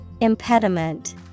Impediment